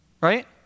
Right